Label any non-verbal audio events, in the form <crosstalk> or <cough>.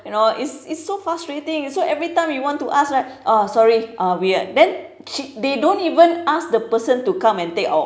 you know it's it's so frustrating so everytime you want to ask right uh sorry uh we are then <noise> they don't even ask the person to come and take our